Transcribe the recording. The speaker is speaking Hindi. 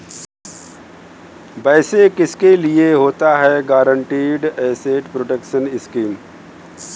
वैसे किसके लिए होता है गारंटीड एसेट प्रोटेक्शन स्कीम?